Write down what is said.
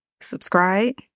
Subscribe